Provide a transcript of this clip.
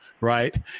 right